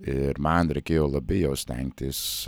ir man reikėjo labai jau stengtis